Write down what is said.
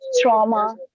trauma